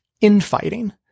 infighting